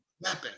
weapon